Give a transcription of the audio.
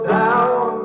down